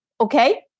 Okay